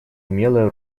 умелое